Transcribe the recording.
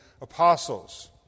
apostles